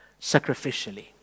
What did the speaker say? sacrificially